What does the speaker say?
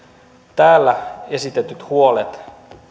täällä esitetyt huolet